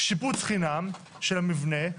שיפוץ חינם של המבנה,